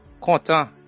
Content